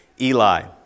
Eli